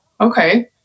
okay